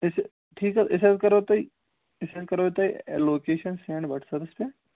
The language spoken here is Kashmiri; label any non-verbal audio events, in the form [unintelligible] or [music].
[unintelligible] ٹھیٖک حظ أسۍ حظ کرو تۄہہِ أسۍ حظ کَرو تۄہہِ لوکیشَن سٮ۪نٛڈ وَٹسیپَس پٮ۪ٹھ